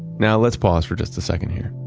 now let's pause for just a second here.